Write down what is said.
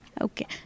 Okay